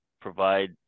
provide